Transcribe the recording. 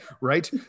right